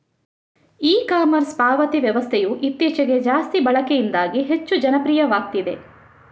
E commerce ಪಾವತಿ ವ್ಯವಸ್ಥೆಯು ಇತ್ತೀಚೆಗೆ ಜಾಸ್ತಿ ಬಳಕೆಯಿಂದಾಗಿ ಹೆಚ್ಚು ಜನಪ್ರಿಯವಾಗ್ತಿದೆ